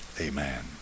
Amen